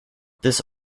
this